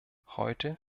heute